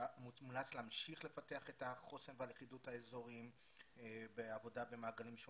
מומלץ להמשיך לפתח את החוסן והלכידות האזוריים בעבודה במעגלים שונים.